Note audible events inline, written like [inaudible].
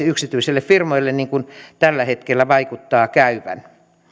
[unintelligible] yksityisille firmoille niin kuin tällä hetkellä vaikuttaa käyvän